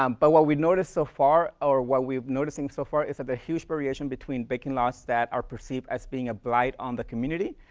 um but what we noticed so far, or what we're noticing so far, is that the huge variation between vacant lots that are perceived as being a blight on the community.